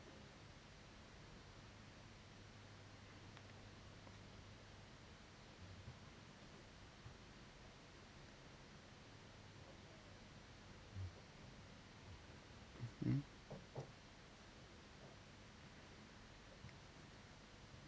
mm